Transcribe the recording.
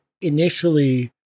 initially